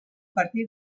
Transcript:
partir